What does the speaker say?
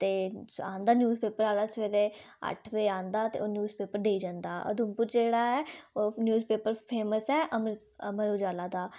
ते औंदा news paper आह्ला सवेरे अट्ठ बजे आंदा ते ओह् न्यूज पेप र देई जंदा उधमपुर जेह्ड़ा ऐ ओह् न्यूज़ पेपर फेमस ऐ अमर अमर उजाला दा